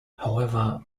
however